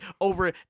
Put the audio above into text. over